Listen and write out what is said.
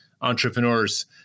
entrepreneurs